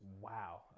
Wow